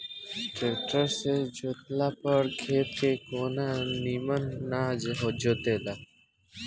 tractor से जोतला पर खेत के कोना निमन ना जोताला